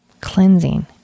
Cleansing